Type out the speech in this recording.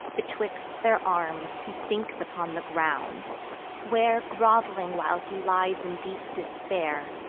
betwixt their arms he sinks upon the ground where grov'ling while he lies in deep despair,